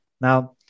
Now